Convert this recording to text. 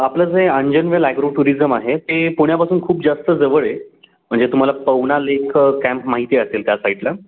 आपलं जे Anjanvel agro tourism आहे ते पुण्यापासून खूप जास्त जवळ आहे म्हणजे तुम्हाला पवना लेक कॅम्प माहिती असेल त्या साईटला